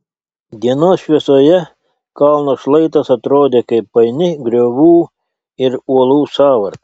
dienos šviesoje kalno šlaitas atrodė kaip paini griovų ir uolų sąvarta